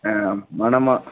ஆ மணமாக